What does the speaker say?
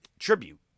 Tribute